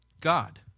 God